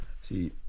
See